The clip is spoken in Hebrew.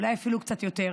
אולי אפילו קצת יותר,